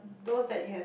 those that you have